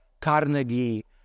Carnegie